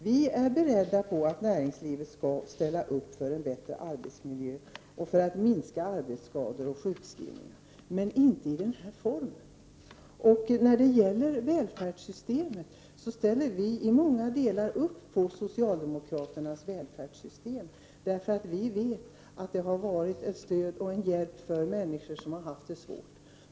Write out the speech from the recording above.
Vi är i miljöpartiet beredda på att näringslivet skall ställa upp för en bättre arbetsmiljö, för att minska arbetsskador och sjukskrivningar, men inte i denna form. Vi stödjer i många delar socialdemokraternas välfärdssystem, därför att vi vet att det har varit ett stöd och en hjälp för människor som har haft det svårt.